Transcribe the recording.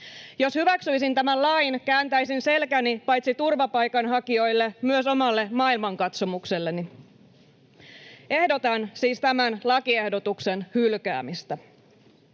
Jos hyväksyisin tämän lain, kääntäisin selkäni paitsi turvapaikanhakijoille myös omalle maailmankatsomukselleni. Ehdotan siis tämän lakiehdotuksen hylkäämistä.